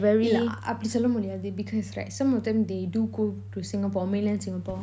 இல்ல அப்பிடி சொல்ல முடியாது:illa apidi solla mudiyathu because right some of them they do go to singapore mainland singapore